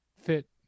fit